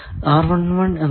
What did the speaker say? എന്നത് ആണ്